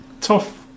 tough